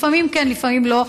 לפעמים לכן, לפעמים לא.